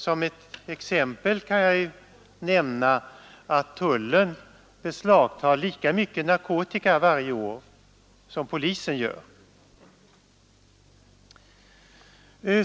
Som ett exempel kan jag nämna att tullen varje år beslagtar lika mycket narkotika som polisen gör.